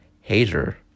hater